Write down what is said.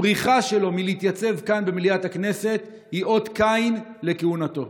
הבריחה שלו מלהתייצב כאן במליאת הכנסת היא אות קין לכהונתו.